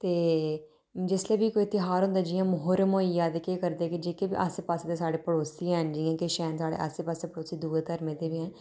ते जिसलै बी कोई तेहार होंदा जि'यां मोहरर्म होई गेआ ते केह् करदे कि जेह्के आसे पासै दे साढ़े पड़ोसी हैन जि'यां कि साढ़े आसे पासै दूए धर्में दे बी हैन